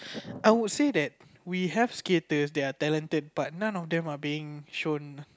I would say that we have skaters that are talented but none of them are being shown